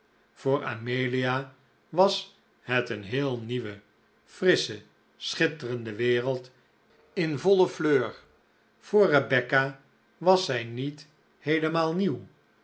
voor amelia was het een heel nieuwe frissche schitterende wereld in voile fleur voor rebecca was zij niet heelemaal nieuw